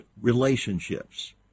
relationships